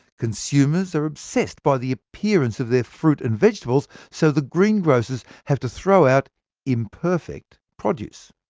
consumers are obsessed by the appearance of their fruit and vegetables, so the greengrocers have to throw out imperfect produce.